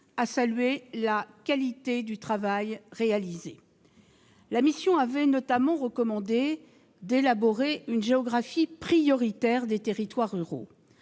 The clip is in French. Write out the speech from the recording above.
à saluer la qualité du travail. La mission avait notamment recommandé d'élaborer une géographie prioritaire des territoires ruraux.